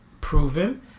proven